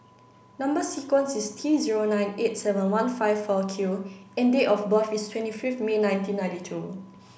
number sequence is T zero nine eight seven one five four Q and date of birth is twenty fifth May nineteen ninety two